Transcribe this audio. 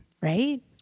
right